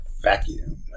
Vacuum